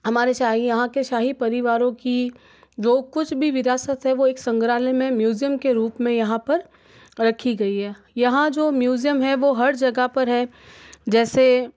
हमारे शाही यहाँ के शाही परिवारों की जो कुछ भी विरासत है वह एक संग्रहालय में म्यूजियम के रूप में यहाँ पर रखी गई है यहाँ जो म्यूजियम है जो हर जगह पर है जैसे